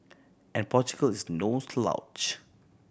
and Portugal is no slouch